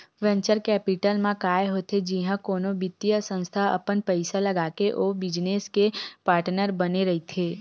venture capital म काय होथे जिहाँ कोनो बित्तीय संस्था अपन पइसा लगाके ओ बिजनेस के पार्टनर बने रहिथे